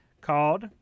called